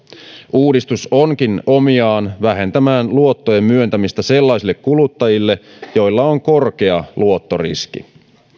uudistus onkin omiaan vähentämään luottojen myöntämistä sellaisille kuluttajille joilla on korkea luottoriski